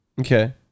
Okay